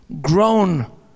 grown